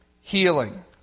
Healing